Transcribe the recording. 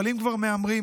אבל אם כבר מהמרים,